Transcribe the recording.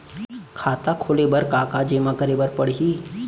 खाता खोले बर का का जेमा करे बर पढ़इया ही?